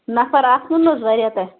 نَفر آسنو نا حظ واریاہ تۄہہِ